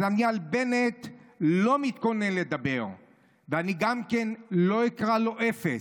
אז אני על בנט לא מתכונן לדבר ואני גם לא אקרא לו אפס,